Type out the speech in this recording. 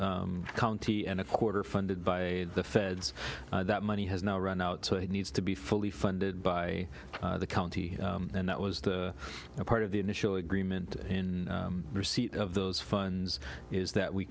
county and a quarter funded by the feds that money has now run out so it needs to be fully funded by the county and that was part of the initial agreement in receipt of those funds is that we